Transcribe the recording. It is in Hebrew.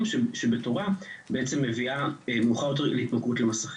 ושבתורה בעצם מביאה בעצם בשלב מאוחר יותר להתמכרות למסכים.